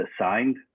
assigned